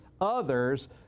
others